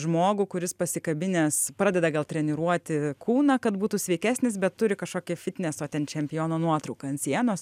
žmogų kuris pasikabinęs pradeda gal treniruoti kūną kad būtų sveikesnis bet turi kažkokį fitneso ten čempiono nuotrauką ant sienos